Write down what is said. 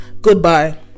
Goodbye